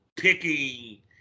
picking